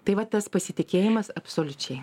tai va tas pasitikėjimas absoliučiai